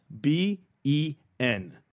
B-E-N